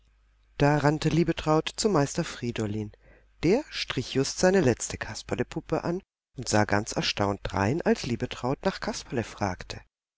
da rannte liebetraut zu meister friedolin der strich just seine letzte kasperlepuppe an und sah ganz erstaunt drein als liebetraut nach kasperle fragte